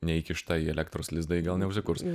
neįkišta į elektros lizdą ji gal neužsikurs